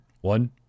One